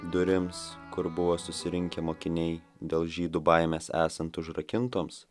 durims kur buvo susirinkę mokiniai dėl žydų baimės esant užrakintoms